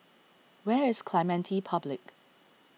where is Clementi Public